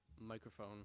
microphone